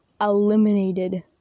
eliminated